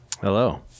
Hello